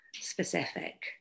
specific